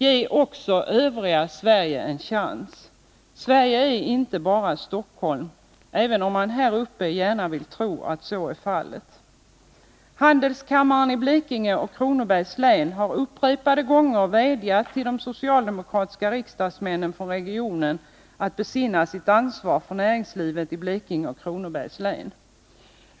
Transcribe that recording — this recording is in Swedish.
Ge också övriga landet en chans! Sverige är inte bara Stockholm, även om man här uppe gärna vill tro att så är fallet. Handelskammaren i Blekinge och Kronobergs län har upprepade gånger vädjat till de socialdemokratiska riksdagsmännen från regionen att besinna sitt ansvar för näringslivet i Blekinge och Kronobergs län.